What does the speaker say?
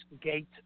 gate